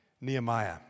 Nehemiah